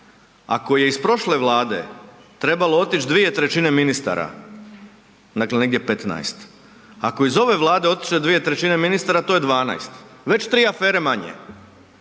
Ako je iz prošle vlade trebalo otić 2/3 ministara, dakle negdje 15, ako iz ove vlade ode 2/3 ministara, to je 12, već 3 afere manje.